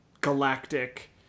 galactic